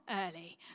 early